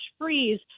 freeze